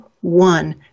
one